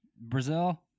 Brazil